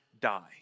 die